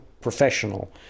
professional